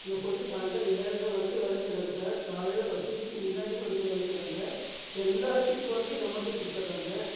இந்த பொண்ணு சாயிந்திரம் ஏழ்ரை வரைக்கும் வேலை செய்கிறாங்க சார் காலையில் பத்து மணிக்கு முன்னாடியே வந்து வேலை செய்கிறாங்க எல்லா சீட் ஒர்க்கையும் இந்த அம்மாகிட்டே கொடுத்துட்றாங்க